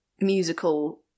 musical